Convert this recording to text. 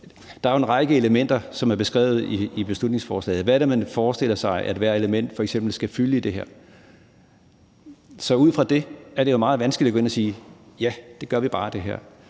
Der er jo en række elementer, som er beskrevet i beslutningsforslaget, men hvad forestiller man sig at hvert element f.eks. skal fylde? Uden det er det meget vanskeligt at gå ind og sige: Ja, det her gør vi bare. Jeg